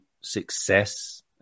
success